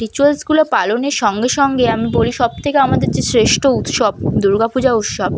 রিচুয়ালসগুলো পালনের সঙ্গে সঙ্গে আমি বলি সব থেকে আমাদের যে শ্রেষ্ঠ উৎসব দুর্গা পূজা উৎসব